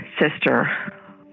sister